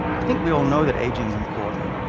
i think we all know that aging's important.